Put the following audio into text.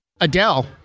Adele